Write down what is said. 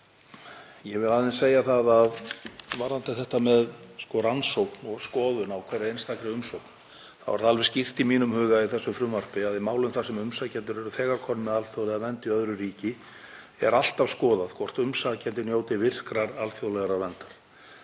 Ég vil aðeins segja varðandi þetta með rannsókn og skoðun á hverri einstakri umsókn að það er alveg skýrt í mínum huga, í þessu frumvarpi, að í málum þar sem umsækjendur eru þegar komnir með alþjóðlega vernd í öðru ríki er alltaf skoðað hvort umsækjandi njóti virkrar alþjóðlegrar verndar.